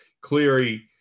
Cleary